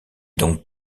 donc